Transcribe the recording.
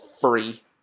free